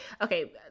okay